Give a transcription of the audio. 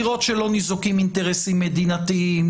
לראות שלא ניזוקים אינטרסים מדינתיים,